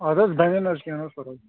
اَدٕ حظ بنیٚن حظ کیٚنٛہہ نہَ حظ پَرواے